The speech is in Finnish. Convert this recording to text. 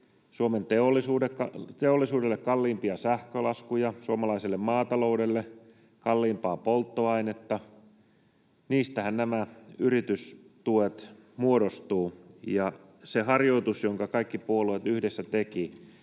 Suomen teollisuudelle kalliimpia sähkölaskuja ja suomalaiselle maataloudelle kalliimpaa polttoainetta — niistähän nämä yritystuet muodostuvat. Ja siinä harjoituksessa, jonka kaikki puolueet yhdessä tekivät,